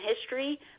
history